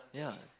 ya